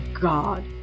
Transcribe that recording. God